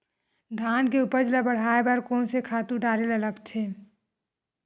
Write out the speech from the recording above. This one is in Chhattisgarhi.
धान के उपज ल बढ़ाये बर कोन से खातु डारेल लगथे?